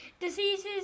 diseases